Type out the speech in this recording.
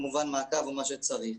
מעקב ומה צריך.